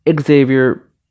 Xavier